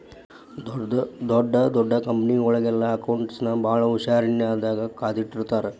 ಡೊಡ್ ದೊಡ್ ಕಂಪನಿಯೊಳಗೆಲ್ಲಾ ಅಕೌಂಟ್ಸ್ ನ ಭಾಳ್ ಹುಶಾರಿನ್ದಾ ಕಾದಿಟ್ಟಿರ್ತಾರ